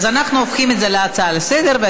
אז אנחנו הופכים את זה להצעה לסדר-היום,